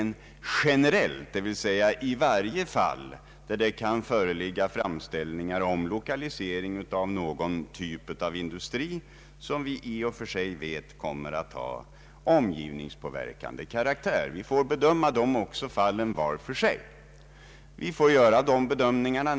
Vi kan helt enkelt inte i alla de fall där det kan föreligga framställningar om lokalisering av någon typ av industri, som vi i och för sig vet kommer att vara av omgivningspåverkande karaktär, vänta med avgörandet till dess att resultatet av den fysiska riksplaneringen föreligger. Vi måste i väntan på det materialet söka bedöma dessa fall var för sig.